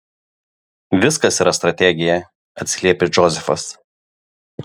viskas yra strategija atsiliepia džozefas